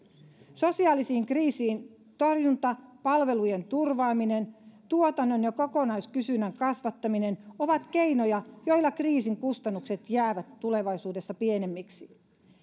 sosiaalisen kriisin torjunta palvelujen turvaaminen tuotannon ja kokonaiskysynnän kasvattaminen ovat keinoja joilla kriisin kustannukset jäävät pienemmiksi